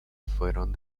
fueron